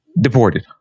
Deported